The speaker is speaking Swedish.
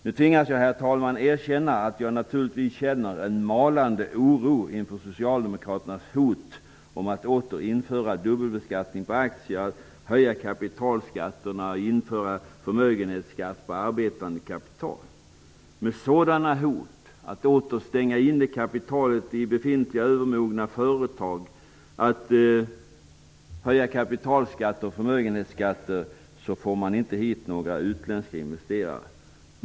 Jag tvingas erkänna, herr talman, att jag naturligtvis känner en malande oro inför Socialdemokraternas hot om att åter införa dubbelbeskattning på aktier, höja kapitalskatterna och införa förmögenhetsskatt på arbetande kapital. Med sådana hot om att åter stänga inne kapitalet i befintliga övermogna företag och att höja kapitalskatter och förmögenhetsskatter får man inte hit några utländska investerare.